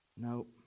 Nope